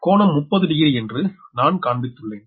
இங்க கோணம் 30 டிகிரி என்று நான் காண்பித்துள்ளேன்